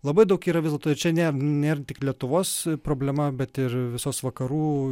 labai daug yra vis dėlto ir čia ne nėra tik lietuvos problema bet ir visos vakarų